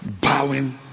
bowing